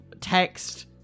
text